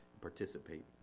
participate